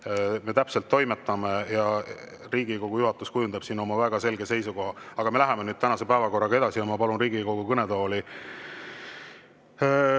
täpselt toimetame, ja Riigikogu juhatus kujundab oma väga selge seisukoha. Me läheme nüüd tänase päevakorraga edasi ja ma palun Riigikogu kõnetooli